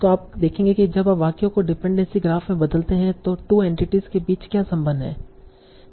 तो आप देखेंगे कि जब आप वाक्य को डिपेंडेंसी ग्राफ में बदलते हैं तो 2 एंटिटीस के बीच क्या संबंध है